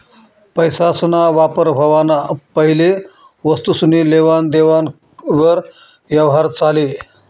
पैसासना वापर व्हवाना पैले वस्तुसनी लेवान देवान वर यवहार चाले